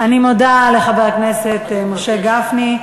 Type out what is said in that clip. אני מודה לחבר הכנסת משה גפני.